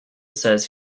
says